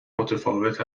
متفاوت